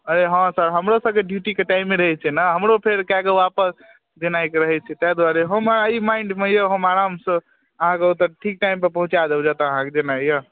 अरे हँ सर हमरो सबके ड्यूटीके टाइम रहै छै ने हमरो फेर कए गो वापस जेनाइ के रहै छै तै दुआरे हम ई माइण्डमे यऽ हम आरामसँ अहाँके ओतऽ ठीक टाइमपर पहुँचा देब जत्तऽ आहाँके जेनाइ यऽ